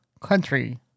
country